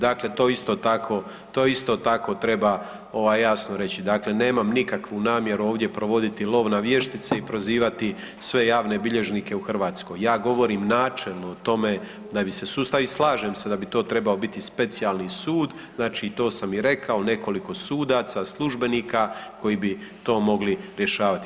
Dakle, to isto tako treba jasno reći, dakle nemam nikakvu namjeru ovdje provoditi lov na vještice i prozivati sve javne bilježnike u Hrvatskoj, ja govorim načelno o tome da bi se sustav, i slažem se da bi to trebao biti specijalni sud, znači i to sam i rekao, nekoliko sudaca, službenika koji bi to mogli rješavati.